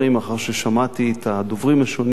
לאחר ששמעתי את הדוברים השונים,